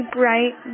bright